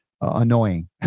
annoying